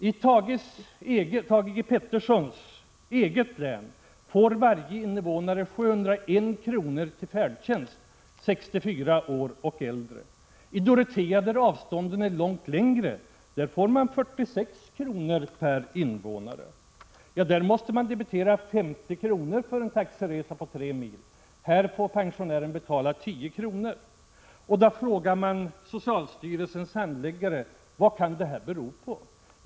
I Thage G. Petersons eget län får varje invånare som är 64 år och äldre 701 kr. till färdtjänst. I Dorotea, där avstånden är mycket större, är bidraget till färdtjänst 46 kr. per invånare. Där debiteras 50 kr. för en taxiresa på tre mil, i Stockholm får pensionären betala 10 kr. Man kan fråga socialstyrelsens handläggare vad detta kan bero på.